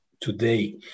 today